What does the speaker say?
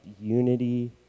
unity